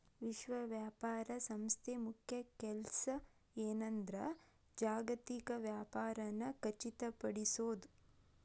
ವಿಶ್ವ ವ್ಯಾಪಾರ ಸಂಸ್ಥೆ ಮುಖ್ಯ ಕೆಲ್ಸ ಏನಂದ್ರ ಜಾಗತಿಕ ವ್ಯಾಪಾರನ ಖಚಿತಪಡಿಸೋದ್